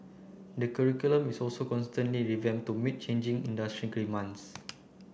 the curriculum is also constantly to meet changing industry demands